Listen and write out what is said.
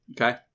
okay